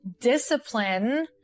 discipline